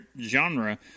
genre